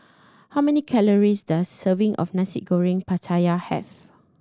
how many calories does a serving of Nasi Goreng Pattaya have